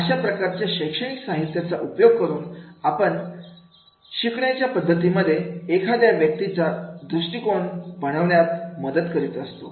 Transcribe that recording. तर अशा प्रकारच्या शैक्षणिक साहित्यांचा उपयोग करून आपण शिकण्याच्या पद्धतीमध्ये एखाद्या व्यक्तीचा दृष्टिकोन बनवण्यात मदत करीत असतो